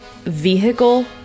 vehicle